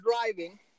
driving